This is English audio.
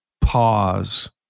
pause